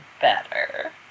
better